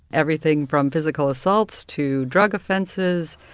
hilleverything from physical assaults, to drug offences,